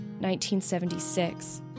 1976